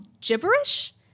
gibberish